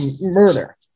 murder